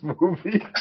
movie